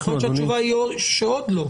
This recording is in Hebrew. יכול להיות שהתשובה היא שעוד לא.